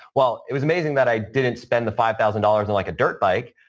well, it was amazing that i didn't spend the five thousand dollars in like a dirt bike.